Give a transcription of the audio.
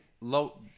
low